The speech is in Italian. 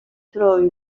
trovi